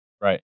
right